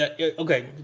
Okay